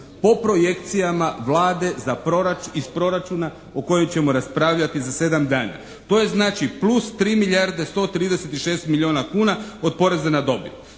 Po projekcijama Vlade za, iz proračuna o kojem ćemo raspravljati za 7 dana. To je znači plus 3 milijarde 136 milijuna kuna od poreza na dobit.